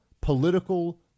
political